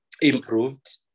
improved